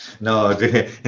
No